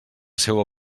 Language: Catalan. seua